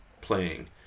playing